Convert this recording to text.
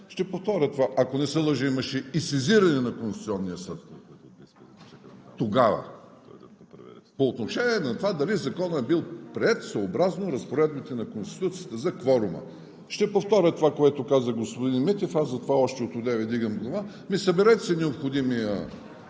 Ще повторя това. Ако не се лъжа, имаше и сезиране на Конституционния съд тогава по отношение на това дали Законът е бил приет съобразно разпоредбите на Конституцията за кворума. Ще повторя това, което каза господин Митев, аз затова от одеве вдигам ръка. Ами съберете си необходимия